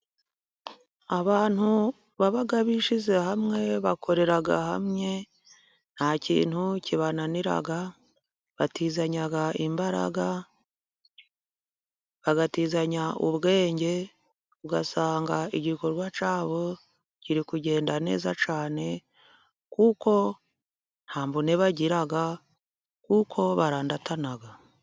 Abantu baba bishyize hamwe, bakorera hamwe, nta kintu kibananira, batizanya imbaraga, bagatizanya ubwenge, ugasanga igikorwa cyabo kiri kugenda neza cyane, kuko nta mvune bagira, kuko barandatana.